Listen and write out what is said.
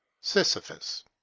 Sisyphus